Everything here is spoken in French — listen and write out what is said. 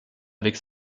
avec